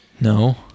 No